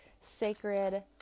sacred